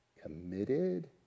committed